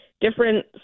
different